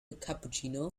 cappuccino